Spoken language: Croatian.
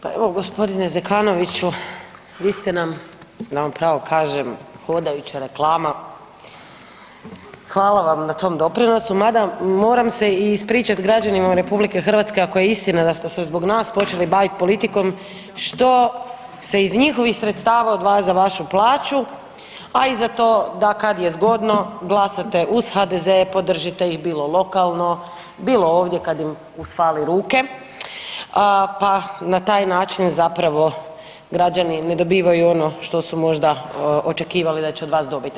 Pa evo gospodine Zekanoviću vi ste nam da vam pravo kažem hodajuća reklama, hvala vam na tom doprinosu, mada moram se i ispričati građanima RH ako je istina da ste se zbog nas počeli baviti politikom što se iz njihovih sredstava odvaja za vašu plaću, a i za to da kad je zgodno glasate uz HDZ podržite ih bilo lokalno, bilo ovdje kad im usfali ruke pa na taj način zapravo građani ne dobivaju ono što su možda očekivali da će od vas dobiti.